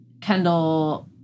Kendall